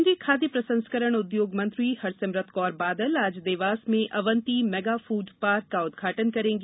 केन्द्रीय खाद्य प्रसंस्करण उद्योग मंत्री हरसिमरत कौर बादल आज देवास में अवंति मेगाफूट पार्क का उद्घाटन करेंगी